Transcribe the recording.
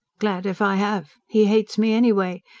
glad if i have! he hates me anyway.